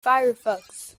firefox